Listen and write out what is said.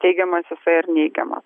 teigiamas jisai ar neigiamas